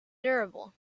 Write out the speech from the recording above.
durable